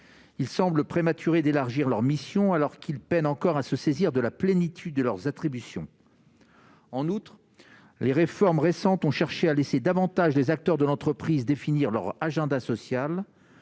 il semble prématuré d'élargir leur mission alors qu'ils peinent encore à se saisir de la plénitude de leurs attributions en outre les réformes récentes ont cherché à laisser davantage les acteurs de l'entreprise définir leur agenda social